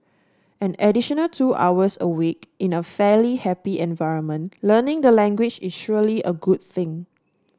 an additional two hours a week in a fairly happy environment learning the language is surely a good thing